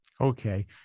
Okay